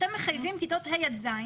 אתם מחייבים ה' עד ז',